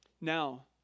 Now